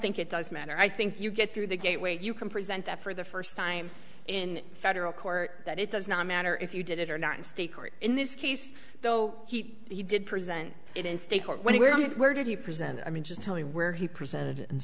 think it does matter i think you get through the gate way you can present that for the first time in federal court that it does not matter if you did it or not in state court in this case though he did present it in state court when he was where did he present i mean just tell me where he presented